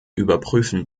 überprüfen